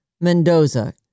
Mendoza